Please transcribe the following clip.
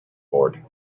bored